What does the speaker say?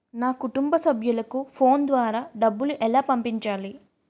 నా కుటుంబ సభ్యులకు ఫోన్ ద్వారా డబ్బులు ఎలా పంపించాలి?